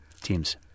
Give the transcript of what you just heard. teams